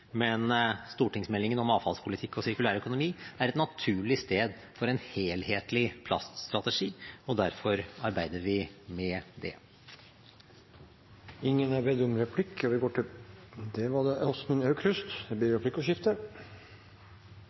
men stortingsmeldingen om avfallspolitikk og sirkulær økonomi er et naturlig sted for en helhetlig plaststrategi, og derfor arbeider vi med det. Det blir replikkordskifte. Vi ser fram til å få forvaltningsplanen. Jeg kan minne om at det var